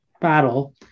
battle